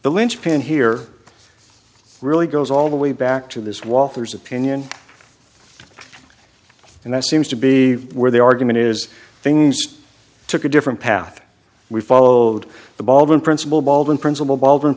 the lynchpin here really goes all the way back to this walthers opinion and that seems to be where the argument is things took a different path we followed the ball in principle bold in principle